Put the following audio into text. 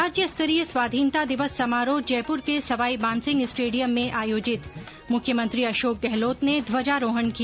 राज्य स्तरीय स्वाधीनता दिवस समारोह जयपुर के सवाई मानसिंह स्टेडियिम में आयोजित मुख्यमंत्री अशोक गहलोत ने ध्वजा रोहण किया